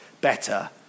better